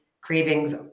cravings